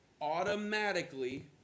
automatically